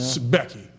Becky